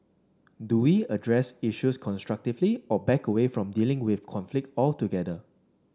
do we address issues constructively or back away from dealing with conflict altogether